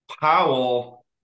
Powell